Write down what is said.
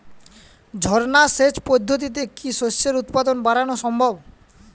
ঝর্না সেচ পদ্ধতিতে কি শস্যের উৎপাদন বাড়ানো সম্ভব?